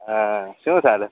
હા શું ચાલે